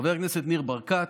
חבר הכנסת ניר ברקת,